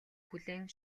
хүлээн